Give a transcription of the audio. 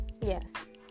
Yes